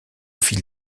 fil